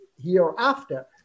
hereafter